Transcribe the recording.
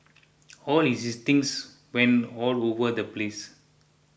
all his things went all over the place